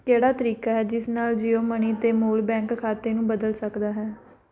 ਕਿਹੜਾ ਤਰੀਕਾ ਹੈ ਜਿਸ ਨਾਲ ਜੀਓ ਮਨੀ 'ਤੇ ਮੂਲ ਬੈਂਕ ਖਾਤੇ ਨੂੰ ਬਦਲ ਸਕਦੇ ਹੈ